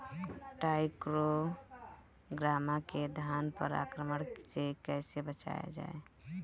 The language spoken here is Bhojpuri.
टाइक्रोग्रामा के धान पर आक्रमण से कैसे बचाया जाए?